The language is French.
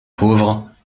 pauvres